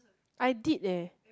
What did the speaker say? I did leh